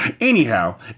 Anyhow